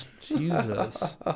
Jesus